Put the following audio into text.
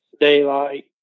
daylight